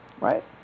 right